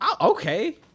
okay